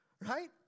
right